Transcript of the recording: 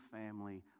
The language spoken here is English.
family